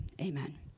Amen